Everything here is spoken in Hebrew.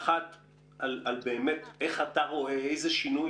איזה שינוי